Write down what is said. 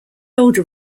older